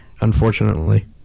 Unfortunately